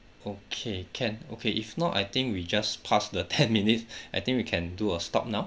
okay can okay if not I think we just passed the ten minutes I think we can do a stop now